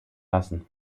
lassen